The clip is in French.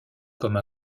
comme